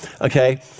okay